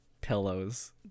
pillows